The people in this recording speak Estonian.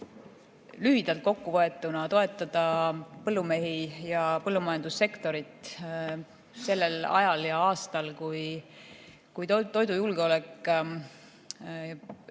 lühidalt kokkuvõetuna toetada põllumehi ja põllumajandussektorit sellel ajal ja aastal, kui toidujulgeolek,